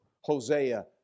Hosea